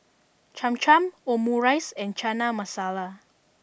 Cham Cham Omurice and Chana Masala